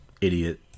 idiot